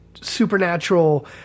supernatural